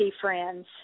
friends